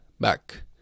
back